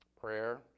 Prayer